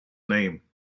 name